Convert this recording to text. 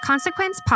Consequence